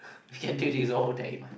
you can do this all day man